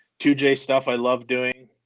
two j stuff, i love doing,